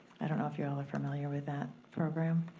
i don't know if you all are familiar with that program.